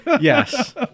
Yes